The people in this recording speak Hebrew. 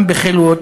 גם בח'ילוות,